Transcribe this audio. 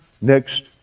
next